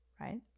right